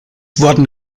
wurden